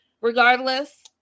Regardless